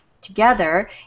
together